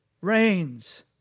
reigns